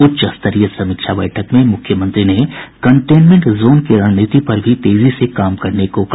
उच्च स्तरीय समीक्षा बैठक में मुख्यमंत्री ने कंटेनमेंट जोन की रणनीति पर भी तेजी से काम करने को कहा